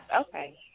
Okay